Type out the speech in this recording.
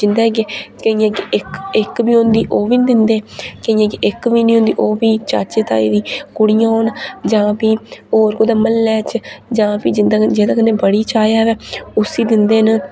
जिं'दे अग्गै केइयें अग्गै इक बी नेईं होंदी ओह् बी दिंदे केइयें अग्गै इक बी नेईं होंदी चाचे ताए दियां कुड़ियां होन जां प्ही होर कुदै म्हल्ले च जां प्ही होर जेह्दे म्हल्लै प्ही जिं'दे कन्नै जेह्दे कन्नै बड़ी चाह् ऐ